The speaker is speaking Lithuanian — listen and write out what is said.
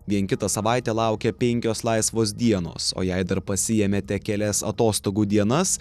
vien kitą savaitę laukia penkios laisvos dienos o jei dar pasiėmėte kelias atostogų dienas